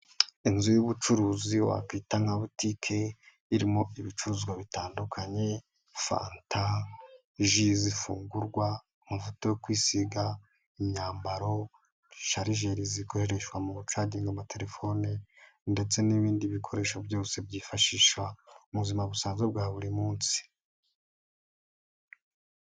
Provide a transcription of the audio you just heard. Inzu y'ubucuruzi wakwita nka butike irimo ibicuruzwa bitandukanye, fanta zifungurwa amavuta yo kwisiga, imyambaro sharijeri zikoreshwa mu gucaginga amatelefoni, ndetse n'ibindi bikoresho byose byifashisha mu buzima busanzwe bwa buri munsi.